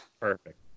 Perfect